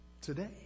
Today